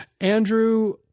Andrew